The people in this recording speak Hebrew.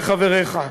וחבריך,